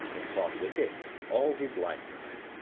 and fought with it all his lifetime.